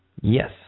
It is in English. Yes